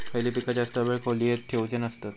खयली पीका जास्त वेळ खोल्येत ठेवूचे नसतत?